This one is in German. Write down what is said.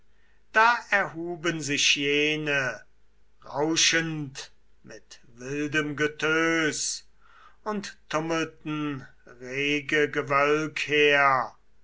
da erhuben sich jene rauschend mit wildem getös und tummelten rege gewölk her